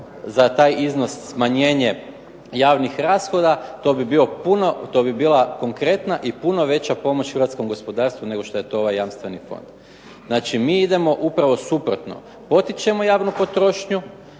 za taj iznos smanjenje javnih rashoda to bi bila konkretna i puno veća pomoć hrvatskom gospodarstvu nego što je ovaj jamstveni Fond. Znači mi idemo upravo suprotno, potičemo javnu potrošnju,